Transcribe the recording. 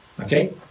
Okay